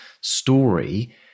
story